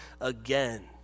again